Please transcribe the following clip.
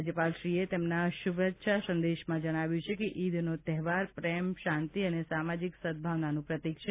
રાજ્યપાલશ્રીએ તેમના શુભ સંદેશમાં જણાવ્યું છે કે ઇદનો તહેવાર પ્રેમ શાંતિ અને સામાજીક સદ્દભાવનાનું પ્રતિક છે